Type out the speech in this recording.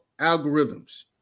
algorithms